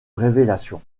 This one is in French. révélation